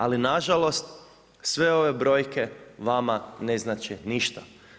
Ali nažalost, sve ove brojke vama ne znače ništa.